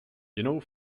jinou